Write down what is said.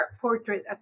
portrait